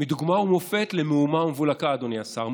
מדוגמה ומופת למהומה ומבולקה, אדוני השר.